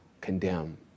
condemn